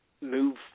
move